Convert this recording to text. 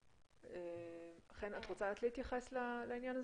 חן את רוצה להתייחס לעניין,